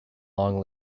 long